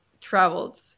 traveled